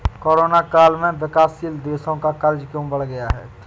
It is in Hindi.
कोरोना काल में विकासशील देशों का कर्ज क्यों बढ़ गया है?